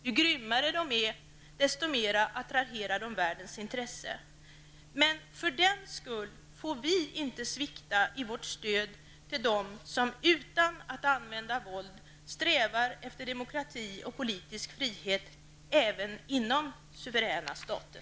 Ju grymmare de är desto mer attraherar de världens intresse. Men för den skull får vi inte svikta i vårt stöd till dem som utan att använda våld strävar efter demokrati och politisk frihet även inom suveräna stater.